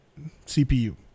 cpu